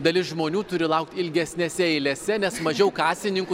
dalis žmonių turi laukti ilgesnėse eilėse nes mažiau kasininkų